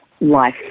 life